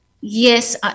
Yes